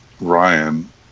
Ryan